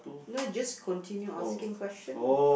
no just continue asking question lah